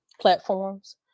platforms